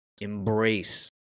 embrace